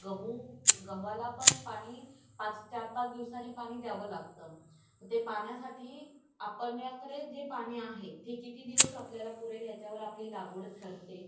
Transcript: गहू गव्हाला पण पाणी पाच चार पाच दिवसानी पाणी द्यावं लागतं ते पाण्यासाठी आपण याकडे जे पाणी आहे ते किती दिवस आपल्याला पुरेल ह्याच्यावर आपली लागवड ठरते